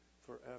forever